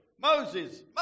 Moses